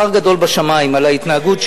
אתם תקבלו שכר גדול בשמים על ההתנהגות,